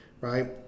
right